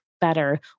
better